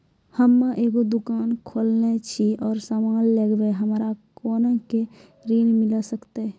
हम्मे एगो दुकान खोलने छी और समान लगैबै हमरा कोना के ऋण मिल सकत?